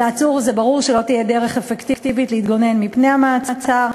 לעצוּר זה ברור שלא תהיה דרך אפקטיבית להתגונן מפני המעצר,